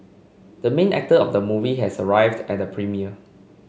the main actor of the movie has arrived at the premiere